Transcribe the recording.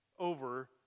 over